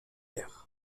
guerre